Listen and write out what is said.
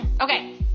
okay